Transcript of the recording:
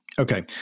Okay